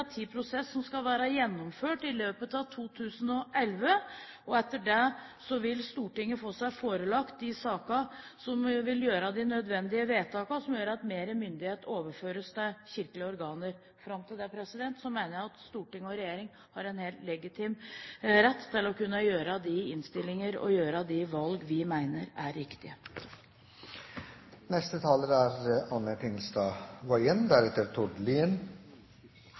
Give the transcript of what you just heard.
som skal være gjennomført i løpet av 2011. Etter det vil Stortinget få seg forelagt de saker som vil føre til de nødvendige vedtakene for at mer myndighet overføres til de kirkelige organer. Fram til det mener jeg at storting og regjering har en helt legitim rett til å kunne gjøre de innstillinger og de valg de mener er riktige.